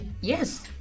Yes